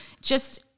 just-